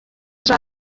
ejo